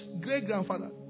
great-grandfather